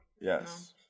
Yes